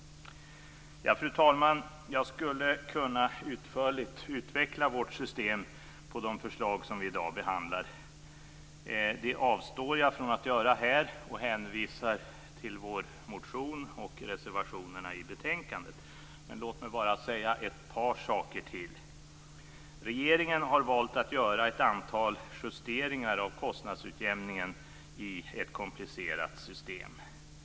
Fru talman! Jag skulle utförligt kunna utveckla vårt system när det gäller de förslag som vi behandlar i dag. Jag avstår från att göra det och hänvisar till vår motion och reservationerna i betänkandet. Låt mig bara säga ett par saker till. Regeringen har valt att göra ett antal justeringar av kostnadsutjämningen i ett komplicerat system.